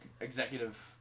executive